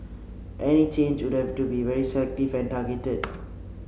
any change would have to be very selective and targeted